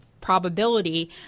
probability